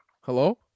Hello